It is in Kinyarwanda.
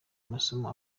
masomo